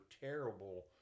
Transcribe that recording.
terrible